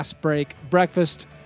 Breakfast